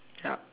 ya